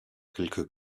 quelques